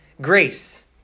Grace